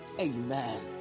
Amen